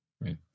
right